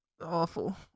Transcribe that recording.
awful